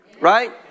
right